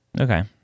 Okay